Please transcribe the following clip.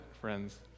friends